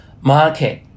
market